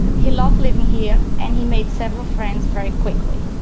he loved living here and he made several friends very quickly.